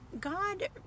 God